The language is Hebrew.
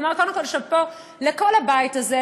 לומר קודם כול שאפו לכל הבית הזה,